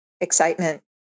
excitement